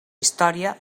història